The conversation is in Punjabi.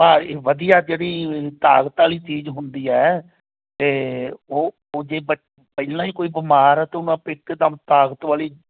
ਭਾਰੀ ਵਧੀਆ ਜਿਹੜੀ ਤਾਕਤ ਵਾਲੀ ਚੀਜ਼ ਹੁੰਦੀ ਹੈ ਅਤੇ ਉਹ ਉਹ ਜੇ ਪਹਿਲਾਂ ਬੱਚ ਹੀ ਕੋਈ ਬਿਮਾਰ ਆ ਤਾਂ ਉਹਨੂੰ ਆਪਾਂ ਇੱਕਦਮ ਤਾਕਤ ਵਾਲੀ